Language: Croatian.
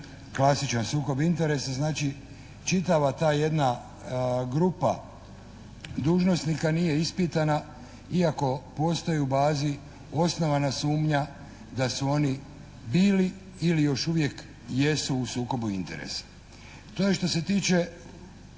klasičan sukob interesa. Znači, čitava ta jedna grupa dužnosnika nije ispitana iako postoje u bazi osnovana sumnja da su oni bili ili još uvijek jesu u sukobu interesa. To je što se tiče